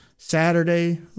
Saturday